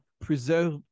preserve